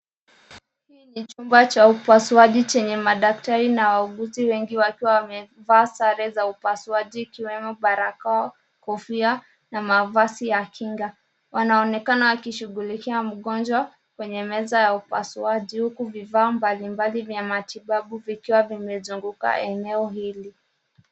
Hii ni chumba cha upasuaji chenye madaktari na wauguzi wengi wakiwa wamevaa sare za upasuaji ikiwemo barakoa kofia na mavazi ya kinga. Wanaonekana wakishughulikia mgonjwa kwenye meza ya upasuaji huku vifaa mbalimbali vya matibabu vikiwa vimezunguka eneo hili.